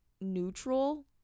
neutral